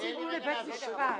זה כמו סיפור לבית משפט.